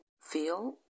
feel